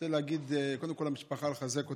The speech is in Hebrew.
אני רוצה להגיד קודם כול למשפחה, לחזק אותם.